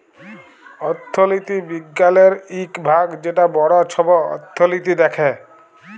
অথ্থলিতি বিজ্ঞালের ইক ভাগ যেট বড় ছব অথ্থলিতি দ্যাখে